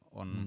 on